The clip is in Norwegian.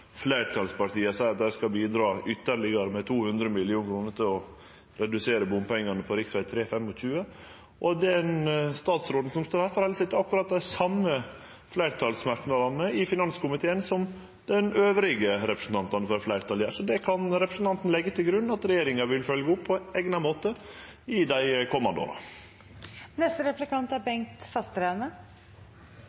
fleirtalspartia seier at dei skal bidra ytterlegare med 200 mill. kr for å redusere bompengane på rv. 3/rv. 25, og den statsråden som står her, set fram akkurat dei same merknadene som representantane for fleirtalet i finanskomiteen gjer. Så representanten kan leggje til grunn at regjeringa vil følgje dette opp på eigna måte i dei komande åra. Det er